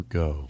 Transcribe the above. go